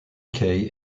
kay